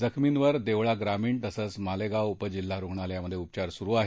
जखमींवर देवळा ग्रामीण तसंच मालेगाव उप जिल्हा रुग्णालयात उपचार सुरू आहेत